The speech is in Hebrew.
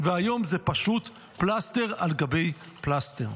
והיום זה פשוט פלסטר על גבי פלסטר.